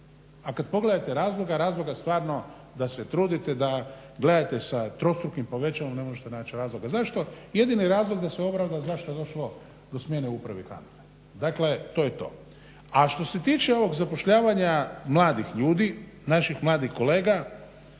a kad pogledate razloge, razloga stvarno da se trudite da gledate sa trostrukim povećalom ne možete naći razloga. Zašto, jedini razlog da se … zašto je došlo do smjene u upravi HANFA-e, dakle to je to. A što se tiče ovog zapošljavanja mladih ljudi, naših mladih kolega